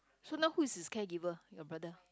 so now who is his caregiver your brother